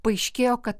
paaiškėjo kad